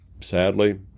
sadly